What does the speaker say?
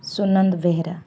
Sunanda Behera